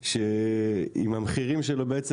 שעם המחירים שלו בעצם,